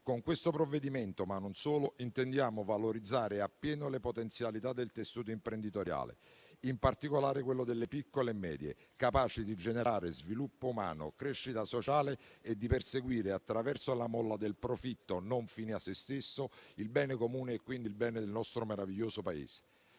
Con questo provvedimento - ma non solo - intendiamo valorizzare a pieno le potenzialità del tessuto imprenditoriale, in particolare quello delle piccole e medie, capace di generare sviluppo umano, crescita sociale e di perseguire attraverso la molla del profitto, non fine a se stesso, il bene comune e, quindi, il bene del nostro meraviglioso Paese.